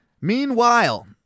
Meanwhile